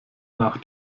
nach